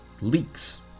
leaks